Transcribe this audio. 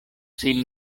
sin